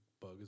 bug